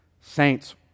Saints